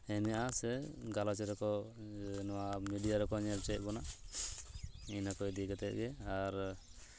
ᱦᱮᱱᱟᱜᱼᱟ ᱥᱮ ᱜᱟᱞᱚᱚᱪ ᱨᱮᱠᱚ ᱱᱚᱣᱟ ᱢᱤᱰᱤᱭᱟ ᱨᱮᱠᱚ ᱧᱮᱞ ᱦᱚᱪᱚᱭᱮᱫ ᱵᱚᱱᱟ ᱤᱱᱟᱹ ᱠᱚ ᱤᱫᱤ ᱠᱟᱛᱮᱫ ᱜᱮ ᱟᱨ